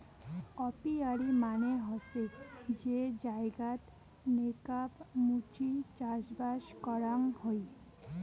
apiary মানে হসে যে জায়গাত নেকাব মুচি চাষবাস করাং হই